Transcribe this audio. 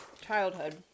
Childhood